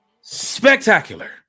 spectacular